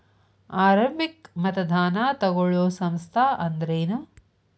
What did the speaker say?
ಆರಂಭಿಕ್ ಮತದಾನಾ ತಗೋಳೋ ಸಂಸ್ಥಾ ಅಂದ್ರೇನು?